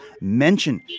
Mention